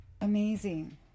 Amazing